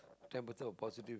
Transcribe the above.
ten percent of positive